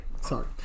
Sorry